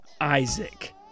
Isaac